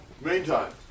Meantime